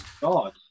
God